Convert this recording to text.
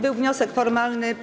Był wniosek formalny.